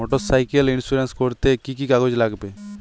Motorcycle insurance করতে কি কি কাগজ লাগবে?